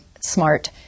smart